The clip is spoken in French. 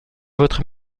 votre